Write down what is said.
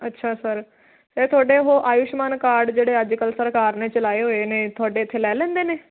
ਅੱਛਾ ਸਰ ਤੇ ਤੁਹਾਡੇ ਉਹ ਆਯੂਸ਼ਮਾਨ ਕਾਰਡ ਜਿਹੜੇ ਅੱਜ ਕੱਲ੍ਹ ਸਰਕਾਰ ਨੇ ਚਲਾਏ ਹੋਏ ਨੇ ਤੁਹਾਡੇ ਇੱਥੇ ਲੈ ਲੈਂਦੇ ਨੇ